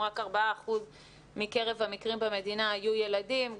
רק 4% מקרב המקרים במדינה היו ילדים.